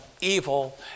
evil